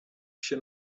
się